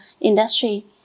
industry